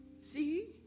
See